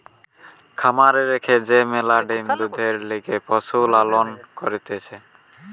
খামারে রেখে যে ম্যালা ডিম্, দুধের লিগে পশুর লালন করতিছে